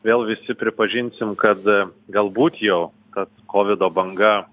vėl visi pripažinsim kad galbūt jau tas kovido banga